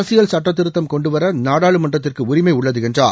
அரசியல் சுட்டத்திருத்தம் கொண்டுவர நாடாளுமன்றத்திற்கு உரிமை உள்ளது என்றார்